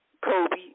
Kobe